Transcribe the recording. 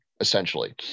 essentially